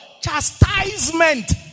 Chastisement